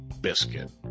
biscuit